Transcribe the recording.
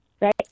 right